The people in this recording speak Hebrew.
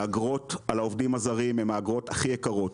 האגרות על העובדים הזרים הם האגרות הכי יקרות.